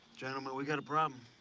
gentlemen, we got a problem.